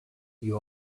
you